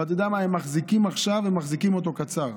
ואתה יודע מה, עכשיו הם מחזיקים אותו קצר.